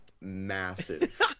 massive